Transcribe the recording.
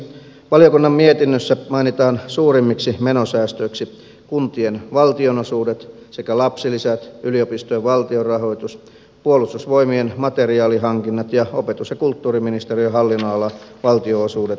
valiokunnan mietinnössä mainitaan suurimmiksi menosäästöiksi kuntien valtionosuudet sekä lapsilisät yliopistojen valtionrahoitus puolustusvoimien materiaalihankinnat ja opetus ja kulttuuriministeriön hallinnonalan valtionosuudet indeksijäädytysten kautta